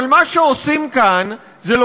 ומה שעושים כאן זה,